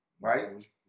right